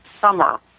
summer